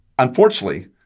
Unfortunately